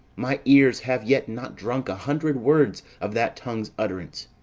my ears have yet not drunk a hundred words of that tongue's utterance,